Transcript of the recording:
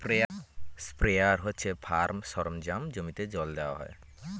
sprayer হচ্ছে farm সরঞ্জাম জমিতে জল দেওয়া হয়